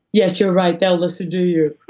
yes, you're right, they'll listen to you.